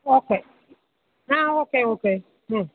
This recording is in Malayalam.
ഓക്കേ ആ ഓക്കേ ഓക്കേ ആ